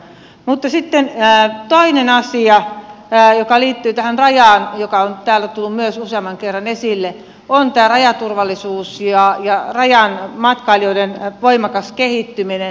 mutta sitten toinen asia joka liittyy tähän rajaan ja joka on täällä tullut myös useamman kerran esille on rajaturvallisuus ja rajan matkailijoiden määrän voimakas kehittyminen